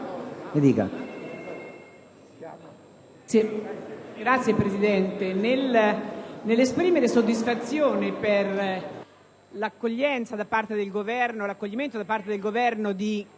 Signor Presidente, nell'esprimere soddisfazione per l'accoglimento da parte del Governo